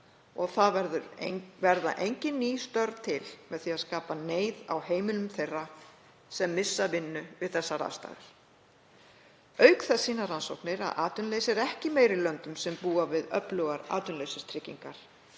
og það verða engin ný störf til með því að skapa neyð á heimilum þeirra sem missa vinnu við þær aðstæður. Auk þess sýna rannsóknir að atvinnuleysi er ekki meira í löndum sem búa við öflugar atvinnuleysistryggingar.